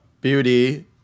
beauty